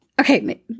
Okay